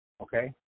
Okay